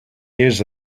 years